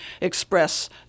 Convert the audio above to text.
express